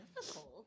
Difficult